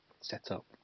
setup